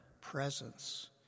presence